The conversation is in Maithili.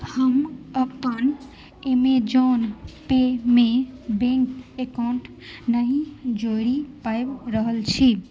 हम अपन एमेजन पेमे बैंक अकाउन्ट नहि जोड़ि पाबि रहल छी